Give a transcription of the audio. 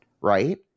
Right